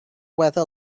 weather